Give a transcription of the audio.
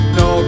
no